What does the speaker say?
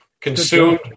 consumed